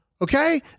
Okay